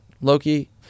Loki